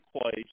place